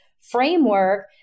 framework